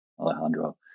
alejandro